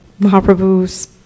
Mahaprabhu's